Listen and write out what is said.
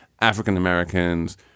African-Americans